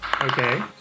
Okay